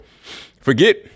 Forget